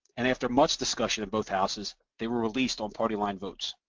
and after much discussion in both houses, they were released on party line votes.